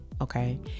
okay